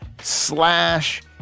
slash